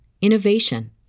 innovation